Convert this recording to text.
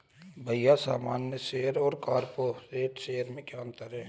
भैया सामान्य शेयर और कॉरपोरेट्स शेयर में क्या अंतर है?